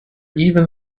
even